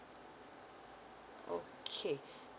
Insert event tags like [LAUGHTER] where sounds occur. okay [BREATH]